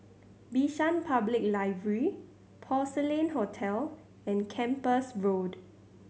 Bishan Public Library Porcelain Hotel and Kempas Road